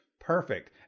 perfect